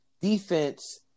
defense